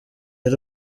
ari